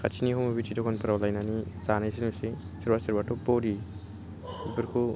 खाथिनि हमपिथि दखानफोराव लायनानै जानायसो नुसै सोरबा सोरबाथ' बरि बेफोरखौ